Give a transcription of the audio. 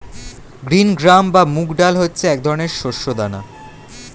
green gram বা মুগ ডাল হচ্ছে এক ধরনের শস্য দানা